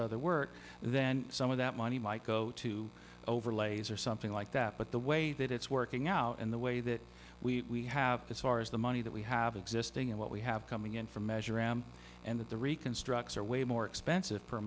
other work then some of that money might go to overlays or something like that but the way that it's working out in the way that we have as far as the money that we have existing and what we have coming in from measure and that the reconstructs are way more expensive per